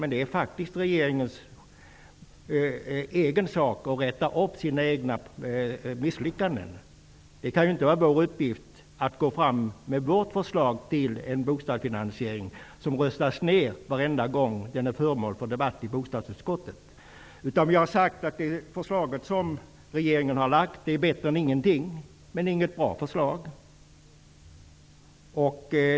Men det är faktiskt regeringens egen sak att rätta till sina egna misslyckanden. Det kan inte vara vår uppgift att gå fram med vårt förslag till bostadsfinansiering, som röstas ned varje gång det är föremål för debatt i bostadsutskottet. Vi har sagt att det förslag som regeringen har lagt fram är bättre än ingenting, men det är inte något bra förslag.